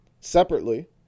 Separately